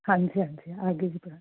ਹਾਂਜੀ ਹਾਂਜੀ ਆਗੇ ਜੀ